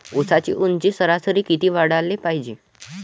ऊसाची ऊंची सरासरी किती वाढाले पायजे?